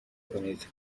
کنید